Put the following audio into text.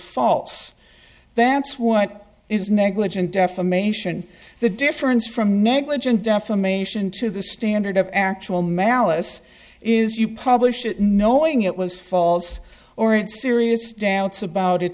false that's what is negligent defamation the difference from negligent defamation to the standard of actual malice is you publish it knowing it was false or it's serious doubts about it